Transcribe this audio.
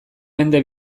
mende